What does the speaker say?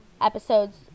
episodes